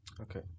Okay